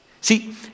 See